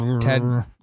Ted